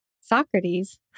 Socrates